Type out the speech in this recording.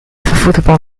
football